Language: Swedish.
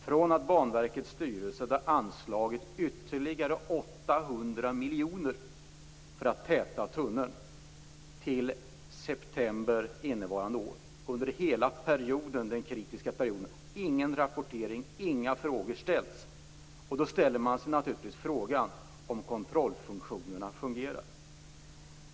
Från det att Banverkets styrelse hade anslagit ytterligare 800 miljoner för att täta tunneln till september innevarande år, under hela den kritiska perioden, har ingen rapportering skett, inga frågor har ställts. Då ställer man sig naturligtvis frågan om kontrollfunktionerna fungerar.